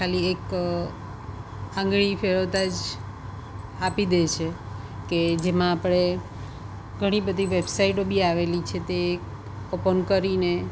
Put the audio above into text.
ખાલી એક આંગળી ફેરવતાં જ આપી દે છે કે જેમાં આપણે ઘણી બધી વેબસાઈટો બી આવેલી છે તે ઓપન કરીને